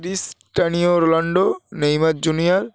Cristiano Ronaldo Neymar junior